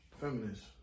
feminists